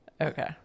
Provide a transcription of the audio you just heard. Okay